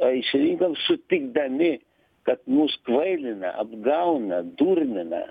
o išrinkom sutikdami kad mus kvailina apgauna durnina